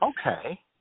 Okay